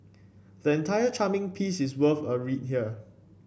the entire charming piece worth a read here